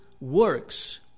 works